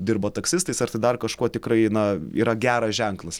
dirbo taksistais ar tai dar kažkuo tikrai na yra geras ženklas